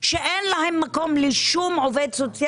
מה זה שכר עובדי